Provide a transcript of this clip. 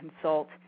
consult